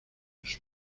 sus